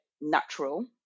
natural